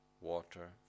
water